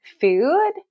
food